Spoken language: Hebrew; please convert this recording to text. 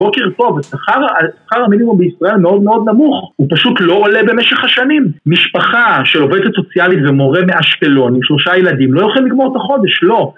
בוקר טוב, שכר המינימום בישראל מאוד מאוד נמוך הוא פשוט לא עולה במשך השנים משפחה של עובדת סוציאלית ומורה מאשקלון עם שלושה ילדים לא יוכל לגמור את החודש, לא